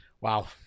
Wow